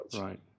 Right